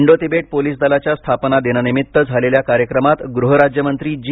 Indo-Tibet police दलाच्या स्थापना दिनानिमित्त झालेल्या कार्यक्रमात गृहराज्यमंत्री जी